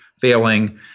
failing